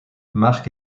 marc